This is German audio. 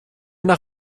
nach